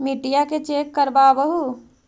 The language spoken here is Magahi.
मिट्टीया के चेक करबाबहू?